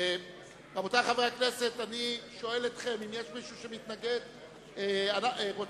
רבותי חברי הכנסת, האם יש מישהו שמתנגד להחלפה?